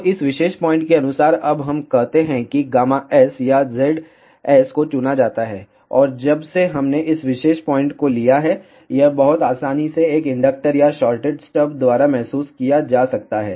तो इस विशेष पॉइंट के अनुसार अब हम कह सकते हैं कि गामा S या ZS को चुना जाता है और जब से हमने इस विशेष पॉइंट को लिया है यह बहुत आसानी से एक इंडक्टर या शॉर्टेड स्टब द्वारा महसूस किया जा सकता है